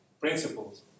principles